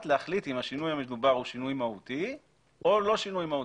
להחליט אם השינוי המדובר הוא שינוי מהותי או לא שינוי מהותי.